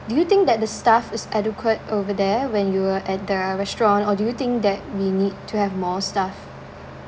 do you think that the staff is adequate over there when you were at the restaurant or do you think that we need to have more staff